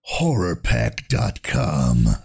HorrorPack.com